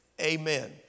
Amen